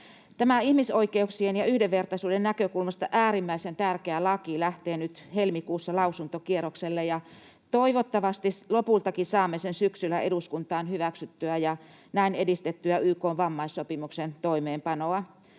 Tämä ihmisoikeuksien ja yhdenvertaisuuden näkökulmasta äärimmäisen tärkeä laki lähtee nyt helmikuussa lausuntokierrokselle. Toivottavasti lopultakin saamme sen syksyllä eduskuntaan hyväksyttyä ja näin edistettyä YK:n vammaissopimuksen toimeenpanoa,